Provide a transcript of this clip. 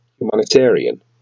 humanitarian